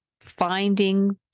finding